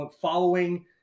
following